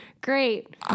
Great